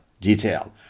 detail